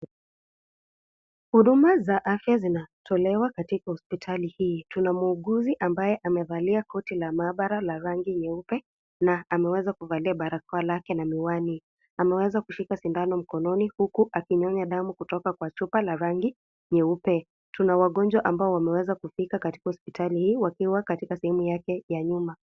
Huduma za afya zinatolewa katika hospitali hii. Tuna muuguzi ambaye amevalia koti la maabara la rangi nyeupe, na ameweza kuvalia barakoa lake na miwani. Ameweza kushika sindano mkononi huku akinyonya damu kutoka kwa chupa la rangi nyeupe. Tuna wagonjwa ambao wameweza kufika katika hospitali hii, wakiwa katika sehemu yake ya nyuma.